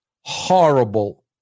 horrible